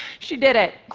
she did it.